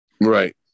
right